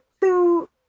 two